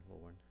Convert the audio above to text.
Lord